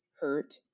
hurt